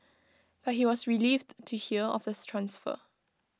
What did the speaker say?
but he was relieved to hear of this transfer